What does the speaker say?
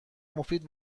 مفید